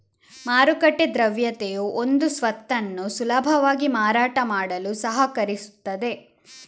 ಮಾರುಕಟ್ಟೆ ದ್ರವ್ಯತೆಯು ಒಂದು ಸ್ವತ್ತನ್ನು ಸುಲಭವಾಗಿ ಮಾರಾಟ ಮಾಡಲು ಸಹಕರಿಸುತ್ತದೆ